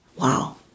Wow